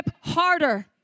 harder